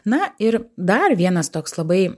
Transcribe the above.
na ir dar vienas toks labai